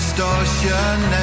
Distortion